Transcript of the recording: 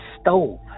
stove